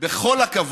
בכל הכבוד,